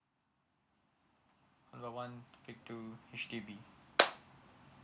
hello one topic two H_D_B